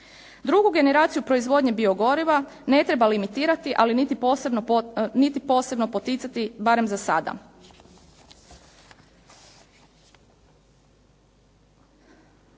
Drugu generaciju proizvodnje biogoriva ne treba limitirati ali niti posebno poticati, barem za sada.